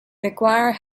mcguire